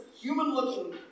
human-looking